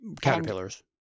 Caterpillars